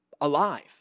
alive